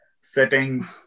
setting